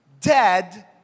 dead